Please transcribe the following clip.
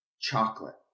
chocolate